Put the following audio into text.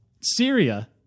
Syria